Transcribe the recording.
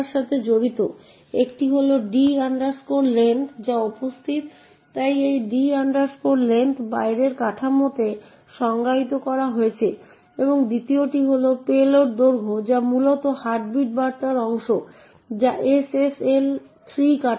এবং তাই ধরে নেওয়া হয় যে এই প্রথম আর্গুমেন্টের আগে 4 বাইট যেখানে দ্বিতীয় আর্গুমেন্টটি উপস্থিত রয়েছে এবং তাই ডিসপ্লেটি 00000000 হবে